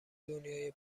دنیای